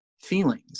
feelings